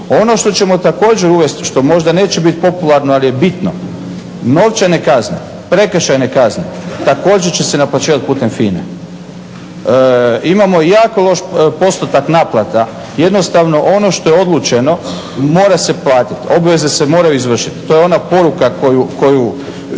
Ono što ćemo također uvesti, što možda neće biti popularno ali je bitno, novčane kazne, prekršajne kazne također će se naplaćivati putem FINA-e. Imamo jako loš postotak naplata, jednostavno ono što je odlučeno mora se platiti, obveze se moraju izvršiti. I to je ona poruka koju,